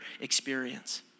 experience